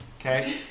okay